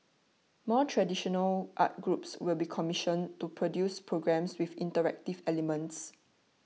more traditional arts groups will be commissioned to produce programmes with interactive elements